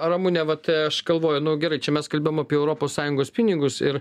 ramune vat aš galvoju nu gerai čia mes kalbėjom apie europos sąjungos pinigus ir